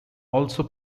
also